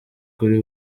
kuri